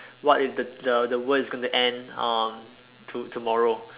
what if the the world is going to end uh to~ tomorrow